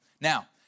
Now